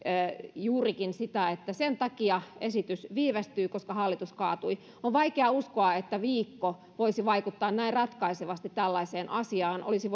juurikin niin että sen takia esitys viivästyy koska hallitus kaatui on vaikea uskoa että viikko voisi vaikuttaa näin ratkaisevasti tällaiseen asiaan olisi